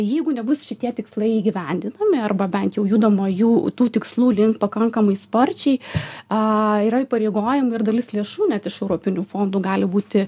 jeigu nebus šitie tikslai įgyvendinami arba bent jau judama jų tų tikslų link pakankamai sparčiai aaa yra įpareigojimai ir dalis lėšų net iš europinių fondų gali būti